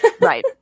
right